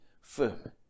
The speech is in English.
firm